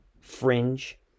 Fringe